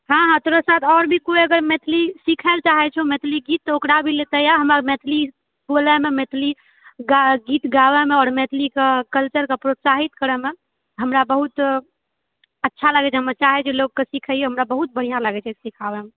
हँ हँ तोरा साथ आओर भी कोई अगर मैथिली सीखै लेऽ चाहै छौ मैथिली गीतऽ तऽ ओकरा भी लेते आ हमरा मैथिली बोलैमे मैथिली गीत गाबैमे आओर मैथिलीकऽ कल्चर के प्रोत्साहित करऽमे हमरा बहुत अच्छा लागै छै हमे चाहै छी लोकके सिखै ऐ हमरा बहुत बढ़िया लागै छै सिखाबयमे